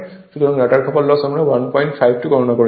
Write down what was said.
সুতরাং rotor copper loss আমরা 152 গণনা করেছি